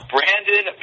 Brandon